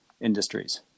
industries